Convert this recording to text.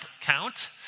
count